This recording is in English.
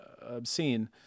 obscene